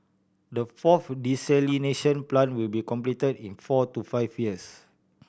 the fourth desalination plant will be complete in four to five years